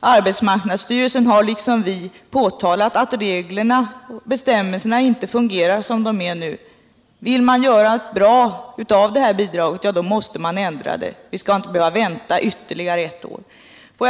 Arbetsmarknadsstyrelsen har liksom vi påtalat att bestämmelserna inte fungerar. Vill man göra något bra av bidraget måste man ändra det. Vi skall inte behöva vänta ytterligare ett år.